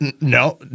No